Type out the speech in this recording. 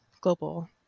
global